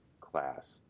class